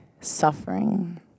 suffering